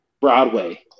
Broadway